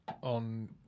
on